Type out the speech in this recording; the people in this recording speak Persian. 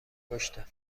پشته